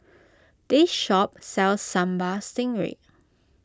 this shop sells Sambal Stingray